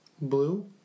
Blue